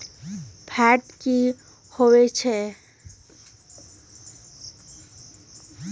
Fat की होवछै?